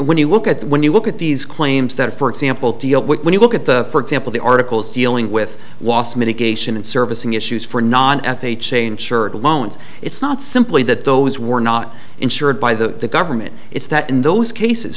when you look at when you look at these claims that for example deal when you look at the for example the articles dealing with last mitigation and servicing issues for non f h a insured loans it's not simply that those were not insured by the government it's that in those cases